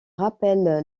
rappelle